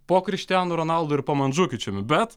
po krištianu ronaldu ir po mandžiukičiumi bet